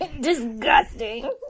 disgusting